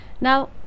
now